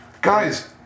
guys